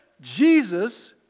Jesus